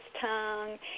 tongue